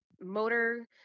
motor